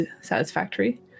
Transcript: Satisfactory